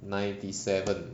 ninety seven